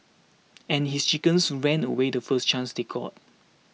and his chickens ran away the first chance they got